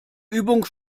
übung